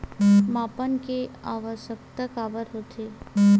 मापन के आवश्कता काबर होथे?